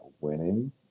winning